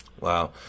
Wow